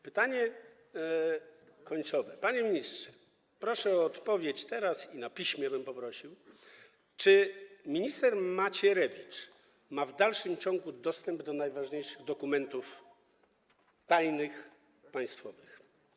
Pytanie końcowe: Panie ministrze - proszę o odpowiedź teraz i na piśmie bym też poprosił - czy minister Macierewicz ma w dalszym ciągu dostęp do najważniejszych tajnych dokumentów państwowych?